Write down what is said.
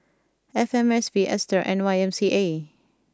F M S P Aster and Y M C A